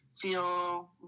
feel